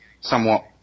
somewhat